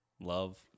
love